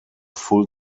full